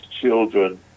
children